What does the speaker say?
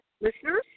listeners